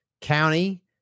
county